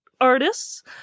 artists